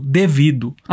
devido